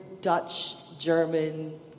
Dutch-German